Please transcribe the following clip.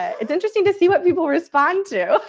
it's interesting to see what people respond to.